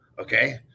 Okay